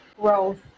growth